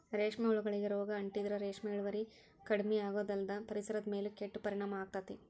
ರೇಷ್ಮೆ ಹುಳಗಳಿಗೆ ರೋಗ ಅಂಟಿದ್ರ ರೇಷ್ಮೆ ಇಳುವರಿ ಕಡಿಮಿಯಾಗೋದಲ್ದ ಪರಿಸರದ ಮೇಲೂ ಕೆಟ್ಟ ಪರಿಣಾಮ ಆಗ್ತೇತಿ